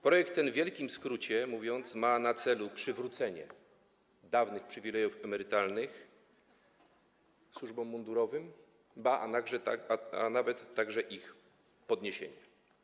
Projekt ten, w wielkim skrócie mówiąc, ma na celu przywrócenie dawnych przywilejów emerytalnych służbom mundurowym, ba, a nawet także ich podniesienie.